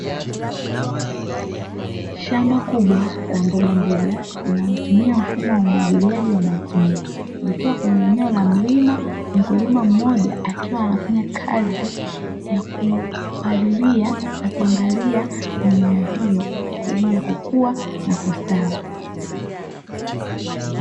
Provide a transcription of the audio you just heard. Shamba kubwa la mbogamboga linaotumia mfumo wa umwagiliaji wa matone, likiwa kwenye eneo la mlima mkulima mmoja akiwa anafanya kazi ya kupalilia na kuangalia mimea hiyo kwa ajili ya kukua na kustawi.